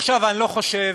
עכשיו, אני לא חושב,